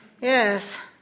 Yes